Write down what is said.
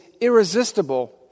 irresistible